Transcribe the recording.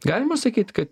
galima sakyt kad